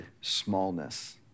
smallness